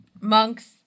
monks